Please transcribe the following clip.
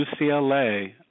UCLA